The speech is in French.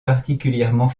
particulièrement